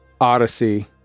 Odyssey